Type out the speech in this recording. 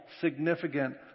significant